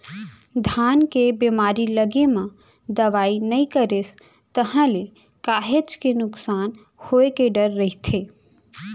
धान के बेमारी लगे म दवई नइ करेस ताहले काहेच के नुकसान होय के डर रहिथे